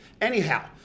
anyhow